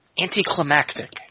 anticlimactic